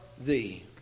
thee